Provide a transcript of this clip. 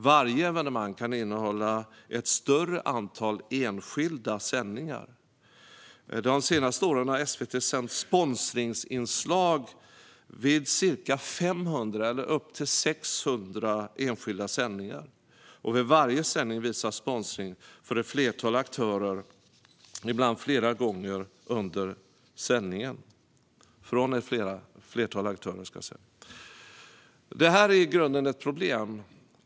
Varje evenemang kan innehålla ett större antal enskilda sändningar. De senaste åren har SVT sänt sponsringsinslag vid ca 500 eller upp till 600 enskilda sändningar. Vid varje sändning visas sponsring från ett flertal aktörer, ibland flera gånger under sändningen. Detta är i grunden ett problem.